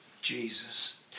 Jesus